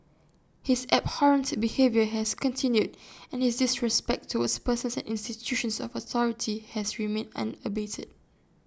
his abhorrent behaviour has continued and his disrespect towards persons and institutions of authority has remained unabated